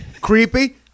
Creepy